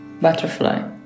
Butterfly